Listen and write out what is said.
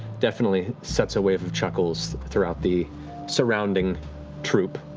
definitely sets a wave of chuckles throughout the surrounding troop.